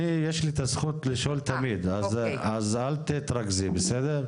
לי יש את הזכות לשאול תמיד, אז אל תתרגזי, בסדר?